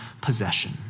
possession